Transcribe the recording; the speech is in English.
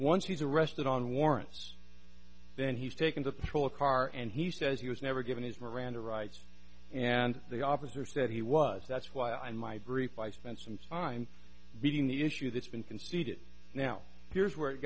once he's arrested on warrants then he's taken the patrol car and he says he was never given his miranda rights and the officer said he was that's why i my brief i spent some time beating the issue that's been conceded now here's where it